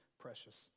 precious